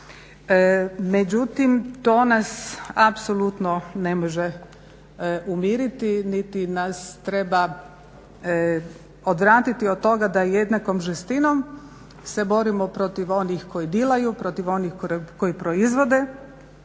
Međutim, to nas apsolutno ne može umiriti niti nas treba odvratiti od toga da jednakom žestinom se borimo protiv onih koji dilaju, protiv onih koji proizvode,